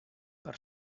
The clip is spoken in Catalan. per